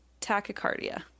tachycardia